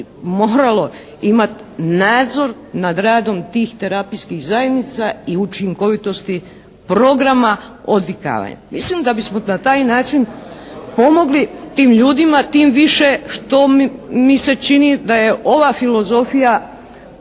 moralo imati nadzor nad radom tih terapijskih zajednica i učinkovitosti programa odvikavanja. Mislim da bismo na taj način pomogli tim ljudima tim više što mi se čini da je ova filozofija